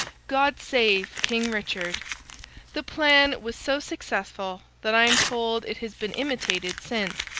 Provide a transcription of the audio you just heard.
god save king richard the plan was so successful that i am told it has been imitated since,